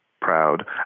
proud